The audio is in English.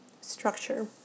structure